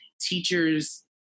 teachers